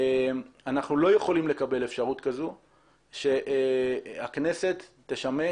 אנחנו לא יכולים לקבל מצב שהכנסת תשמש